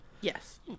Yes